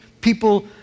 people